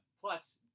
Plus